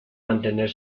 mantener